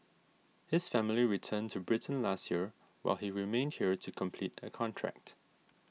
his family returned to Britain last year while he remained here to complete a contract